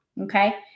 Okay